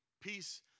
Peace